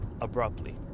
abruptly